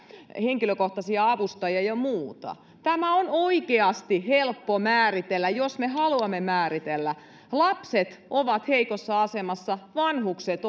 henkilökohtaisia avustajia ja muuta tämä on oikeasti helppo määritellä jos me haluamme määritellä lapset ovat heikossa asemassa vanhukset